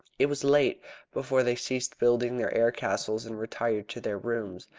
it was late before they ceased building their air-castles and retired to their rooms.